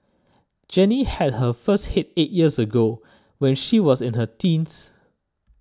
Jenny had her first hit eight years ago when she was in her teens